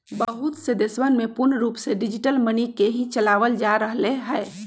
बहुत से देशवन में पूर्ण रूप से डिजिटल मनी के ही चलावल जा रहले है